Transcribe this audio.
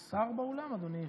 יש שר באולם, אדוני היושב-ראש?